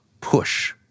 push